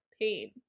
pain